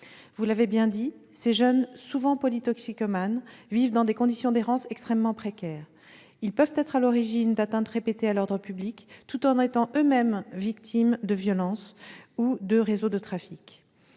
Vous l'avez dit, ces jeunes, souvent polytoxicomanes, vivent dans des conditions d'errance extrêmement précaires. Ils peuvent être à l'origine d'atteintes répétées à l'ordre public tout en étant eux-mêmes victimes de violences ou de réseaux de trafics.